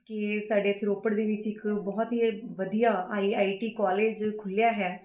ਕਿ ਸਾਡੇ ਇੱਥੇ ਰੋਪੜ ਦੇ ਵਿੱਚ ਇੱਕ ਬਹੁਤ ਹੀ ਵਧੀਆ ਆਈ ਆਈ ਟੀ ਕੋਲੇਜ ਖੁੱਲ੍ਹਿਆ ਹੈ